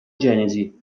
genesi